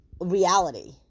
reality